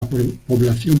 población